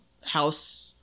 house